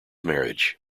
marriage